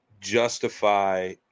justify